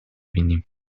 بینیم